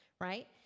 right